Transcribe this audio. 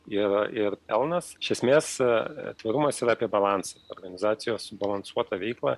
ir ir pelnas iš esmės tvarumas yra apie balansą organizacijos subalansuotą veiklą